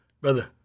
Brother